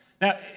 Now